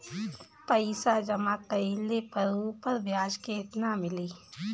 पइसा जमा कइले पर ऊपर ब्याज केतना मिली?